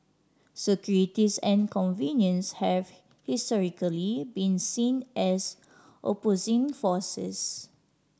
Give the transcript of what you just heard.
securities and convenience have historically been seen as opposing forces